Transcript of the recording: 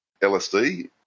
LSD